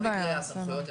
מקום שבו תיפגע זכות באמת,